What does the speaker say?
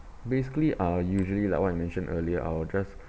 basically I'll usually like what you mentioned earlier I will just